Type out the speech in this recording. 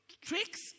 tricks